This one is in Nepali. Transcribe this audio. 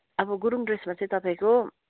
अब गुरुङ ड्रेसमा चाहिँ तपाईँको